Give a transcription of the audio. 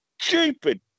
stupid